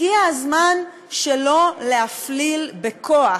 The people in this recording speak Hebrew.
הגיע הזמן שלא להפליל בכוח,